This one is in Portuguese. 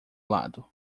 lado